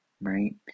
right